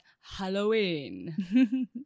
Halloween